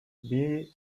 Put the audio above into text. biblical